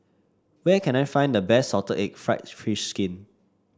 where can I find the best salt egg fried fish skin